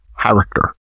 character